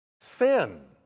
Sin